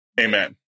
Amen